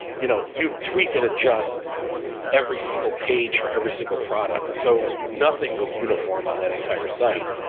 you know, you'd tweak and adjust every single page for every single product, so nothing was uniform on that entire site,